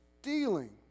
stealing